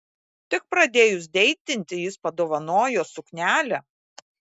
tik pradėjus deitinti jis padovanojo suknelę